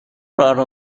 راهرو